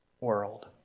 world